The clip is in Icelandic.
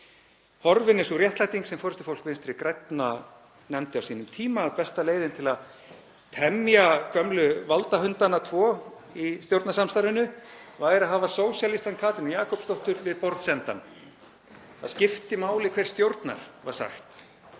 Horfin er sú réttlæting sem forystufólk Vinstri grænna nefndi á sínum tíma, að besta leiðin til að temja gömlu valdahundana tvo í stjórnarsamstarfinu væri að hafa sósíalistann Katrínu Jakobsdóttur við borðsendann. Það skiptir máli hver stjórnar, var sagt.